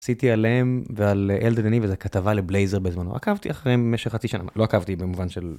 עשיתי עליהם ועל אלדד יניב וזה כתבה לבלייזר בזמנו עקבתי אחרי משך חצי שנה לא עקבתי במובן של.